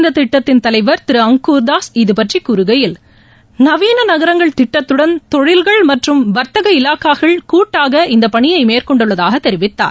இந்த திட்டத்தின் தலைவர் திரு அங்கூர்தாஸ் இதுபற்றி கூறுகையில் நவீன நகரங்கள் திட்டத்துடன் தொழில்கள் மற்றம் வர்த்தக இலாகாக்கள் கூட்டாக இந்தப்பணியை மேற்கொண்டுள்ளதாக தெரிவித்தார்